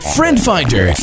FriendFinder